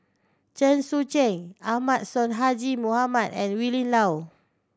Chen Sucheng Ahmad Sonhadji Mohamad and Willin Low